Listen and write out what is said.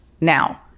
Now